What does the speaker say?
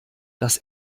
das